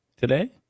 today